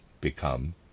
become